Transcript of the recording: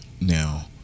Now